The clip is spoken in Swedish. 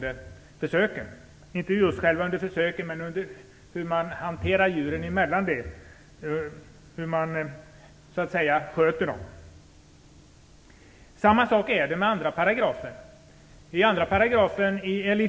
Det gällde inte under själva försöken, utan skötseln av djuren mellan försöken. Samma sak är det med den andra paragrafen.